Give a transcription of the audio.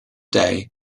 day